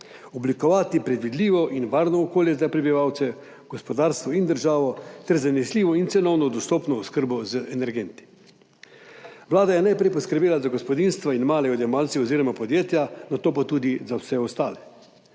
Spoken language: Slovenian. oblikovati predvidljivo in varno okolje za prebivalce, gospodarstvo in državo ter zanesljivo in cenovno dostopno oskrbo z energenti. Vlada je najprej poskrbela za gospodinjstva in male odjemalce oziroma podjetja, nato pa tudi za vse ostale.